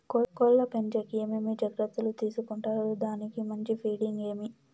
కోళ్ల పెంచేకి ఏమేమి జాగ్రత్తలు తీసుకొంటారు? దానికి మంచి ఫీడింగ్ ఏమి?